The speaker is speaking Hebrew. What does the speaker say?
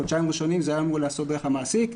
חודשיים ראשונים זה היה אמור להיעשות דרך המעסיק,